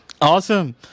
Awesome